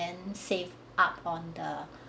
and save up on the